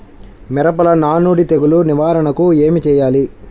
మిరపలో నానుడి తెగులు నివారణకు ఏమి చేయాలి?